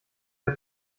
der